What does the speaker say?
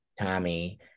tommy